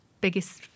biggest